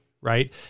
right